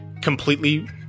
completely